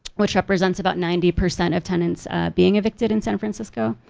which represents about ninety percent of tenants being evicted in san francisco.